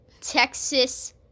Texas